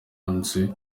nzu